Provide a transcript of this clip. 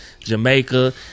Jamaica